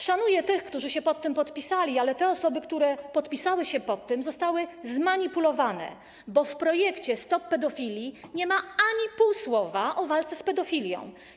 Szanuję tych, którzy pod tym się podpisali, ale te osoby, które podpisały się pod tym, zostały zmanipulowane, bo w projekcie „Stop pedofilii” nie ma ani pół słowa o walce z pedofilią.